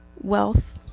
wealth